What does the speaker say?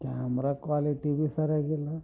camera quality ಬಿ ಸರಿಯಾಗಿಲ್ಲ